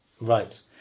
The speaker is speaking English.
right